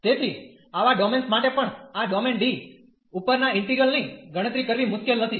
તેથી આવા ડોમેન્સ માટે પણ આ ડોમેન D ઉપરના ઈન્ટિગ્રલ ની ગણતરી કરવી મુશ્કેલ નથી